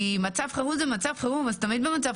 מצב חירום הוא מצב חירום אבל תמיד במצב